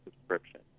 subscription